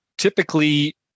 Typically